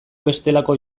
bestelako